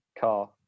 car